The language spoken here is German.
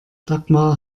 dagmar